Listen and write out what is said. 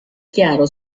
chiaro